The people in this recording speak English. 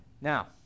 Now